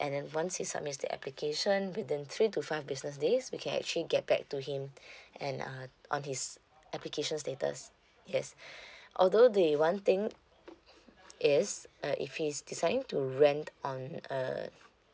and then once he submit the application within three to five business days we can actually get back to him and uh on his application status yes although the one thing is uh if he's deciding to rent on uh